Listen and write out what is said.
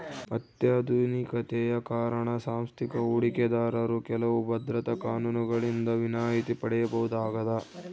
ಅತ್ಯಾಧುನಿಕತೆಯ ಕಾರಣ ಸಾಂಸ್ಥಿಕ ಹೂಡಿಕೆದಾರರು ಕೆಲವು ಭದ್ರತಾ ಕಾನೂನುಗಳಿಂದ ವಿನಾಯಿತಿ ಪಡೆಯಬಹುದಾಗದ